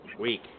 week